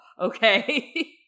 okay